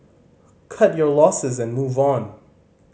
cut your losses and move on